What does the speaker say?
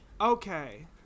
Okay